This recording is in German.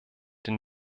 den